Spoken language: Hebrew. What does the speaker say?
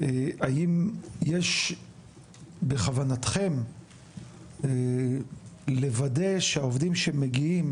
האם יש בכוונתכם לוודא שהעובדים שמגיעים